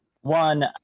one